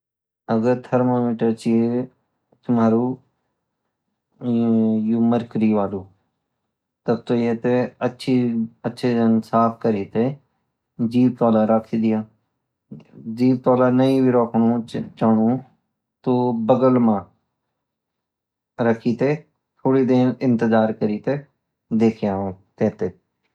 अगर थर्मामीटर ची तुम्हरो मरकरी वालू तबतो येते अचे जन साफ करीते जीभ तोला रखदियाँ जीभ टोला नहीं भी रखणु चोनू तो बगल मा रखिते थोड़ी देर इंतेज़ार करिते देखियाँ